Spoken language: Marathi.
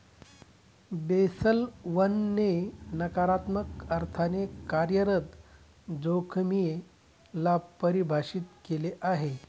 बेसल वन ने नकारात्मक अर्थाने कार्यरत जोखिमे ला परिभाषित केलं आहे